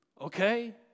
okay